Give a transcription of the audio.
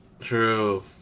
True